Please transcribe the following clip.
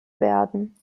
werden